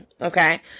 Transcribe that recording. Okay